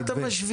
מה אתה משוויץ?